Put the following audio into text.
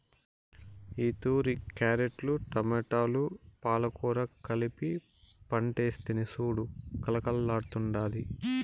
ఈతూరి క్యారెట్లు, టమోటాలు, పాలకూర కలిపి పంటేస్తిని సూడు కలకల్లాడ్తాండాది